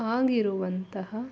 ಆಗಿರುವಂತಹ